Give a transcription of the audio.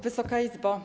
Wysoka Izbo!